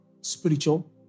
spiritual